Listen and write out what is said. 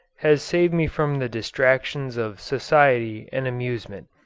has saved me from the distractions of society and amusement.